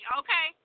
okay